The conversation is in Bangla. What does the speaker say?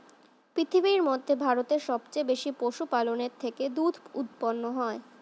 পৃথিবীর মধ্যে ভারতে সবচেয়ে বেশি পশুপালনের থেকে দুধ উৎপন্ন হয়